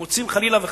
מוצאים, חלילה וחס,